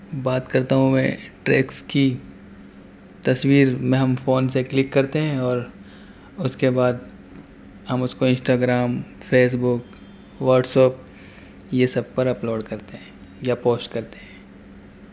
بات کرتا ہوں میں ٹریکس کی تصویر میں ہم فون سے کلک کرتے ہیں اور اس کے بعد ہم اس کو انسٹاگرام فیسبک واٹس اپ یہ سب پر اپلوڈ کرتے ہیں یا پوسٹ کرتے ہیں